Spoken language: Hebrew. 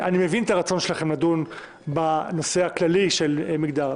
אני מבין את הרצון שלכם לדון בנושא הכללי של מגדר.